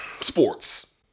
Sports